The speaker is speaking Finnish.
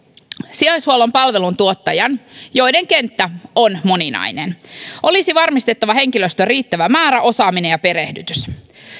sijaishuollon palveluntuottajien joiden kenttä on moninainen olisi varmistettava henkilöstön riittävä määrä osaaminen ja perehdytys